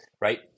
right